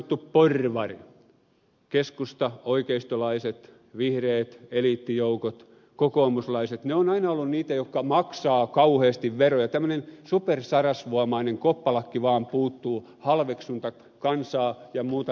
niin sanotut porvarit keskusta oikeistolaiset vihreät eliittijoukot kokoomuslaiset ovat aina olleet niitä jotka maksavat kauheasti veroja tämmöinen supersarasvuomainen koppalakki vaan puuttuu halveksuntaa kansaa vähempiosaisia kohtaan